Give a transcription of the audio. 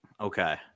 Okay